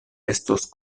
estos